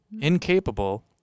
incapable